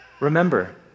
Remember